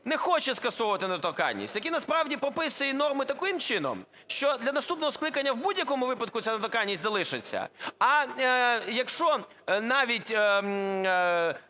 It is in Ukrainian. не хоче скасовувати недоторканність, який насправді прописує норми таким чином, що для наступного скликання в будь-якому випадку ця недоторканність залишиться. А якщо навіть